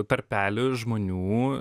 tarpelį žmonių